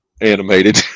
animated